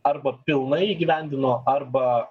arba pilnai įgyvendino arba